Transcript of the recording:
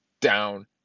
down